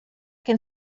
can